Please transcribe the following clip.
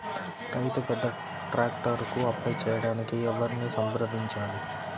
రైతు పెద్ద ట్రాక్టర్కు అప్లై చేయడానికి ఎవరిని సంప్రదించాలి?